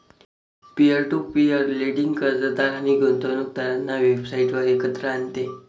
peer to peer lending कर्जदार आणि गुंतवणूकदारांना वेबसाइटवर एकत्र आणते